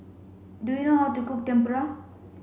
do you know how to cook Tempura